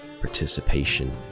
participation